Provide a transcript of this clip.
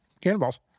cannonballs